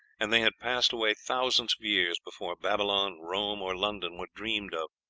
and they had passed away thousands of years before babylon, rome, or london were dreamed of.